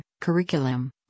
Curriculum